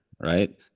right